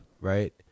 right